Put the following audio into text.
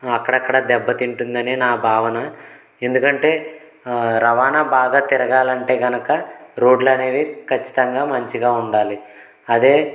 అక్కడక్కడ దెబ్బతింటుందని నా భావన ఎందుకంటే రవాణా బాగా తిరగాలంటే గనక రోడ్లనేవి ఖచ్చితంగా మంచిగా ఉండాలి అదే